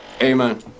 Amen